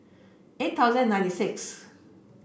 eight thousand ninety sixth